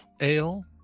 ale